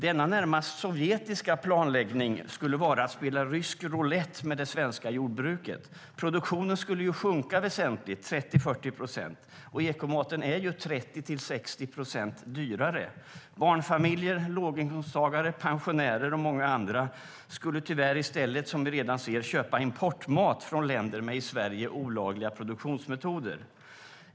Denna närmast sovjetiska planläggning skulle vara att spela rysk roulett med det svenska jordbruket. Produktionen skulle sjunka väsentligt, 30-40 procent, och ekomaten är 30-60 procent dyrare. Tyvärr skulle barnfamiljer, låginkomsttagare, pensionärer och många andra i stället köpa importmat från länder med i Sverige olagliga produktionsmetoder, vilket vi redan ser.